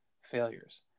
failures